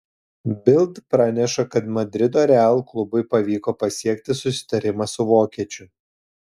bild praneša kad madrido real klubui pavyko pasiekti susitarimą su vokiečiu